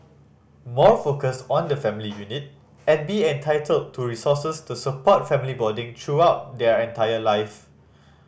more focus on the family unit and be entitled to resources to support family bonding throughout their entire life